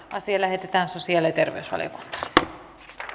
asia lähetetään sosiaali terveys oli dr